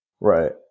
Right